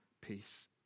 peace